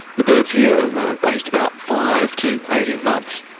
the birds here are aged about five to eighteen months.